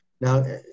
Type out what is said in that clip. Now